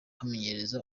kumenyereza